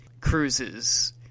cruises